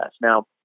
Now